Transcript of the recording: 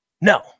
No